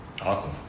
Awesome